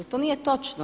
To nije točno.